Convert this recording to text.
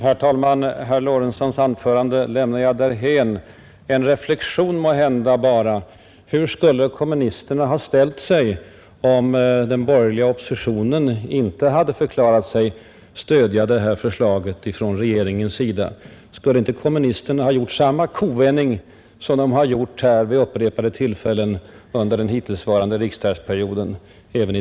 Herr talman! Herr Lorentzons anförande lämnar jag därhän. Bara en reflexion måhända. Hur skulle kommunisterna ha ställt sig om den borgerliga oppositionen inte hade förklarat sig stödja regeringens lagförslag? Skulle inte kommunisterna ha gjort samma ”kovändningar” även i denna fråga som de har gjort vid upprepade tillfällen under den hittillsvarande riksdagsperioden?